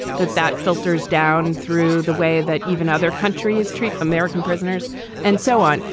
that that filters down through the way that even other countries treat american prisoners and so on.